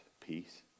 peace